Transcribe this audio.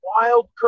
wild